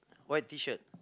white Tshirt